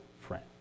friend